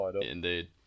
Indeed